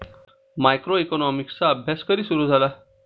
मायक्रोइकॉनॉमिक्सचा अभ्यास कधी सुरु झाला?